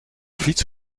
fiets